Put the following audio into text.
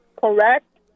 correct